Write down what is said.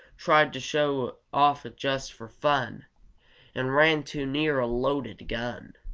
tried to show off just for fun and ran too near a loaded gun.